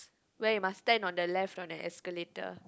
where you must stand on the left on a escalator